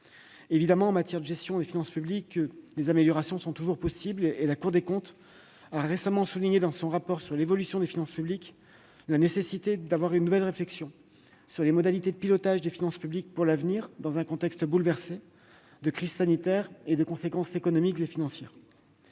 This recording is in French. en oeuvre. En matière de gestion des finances publiques, des améliorations sont évidemment toujours possibles. La Cour des comptes a récemment souligné, dans son rapport sur l'évolution des finances publiques, la nécessité de mener une nouvelle réflexion sur les modalités de leur pilotage pour l'avenir, dans un contexte bouleversé par la crise sanitaire et par ses conséquences économiques et financières.